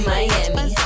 Miami